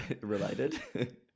related